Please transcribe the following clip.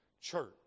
Church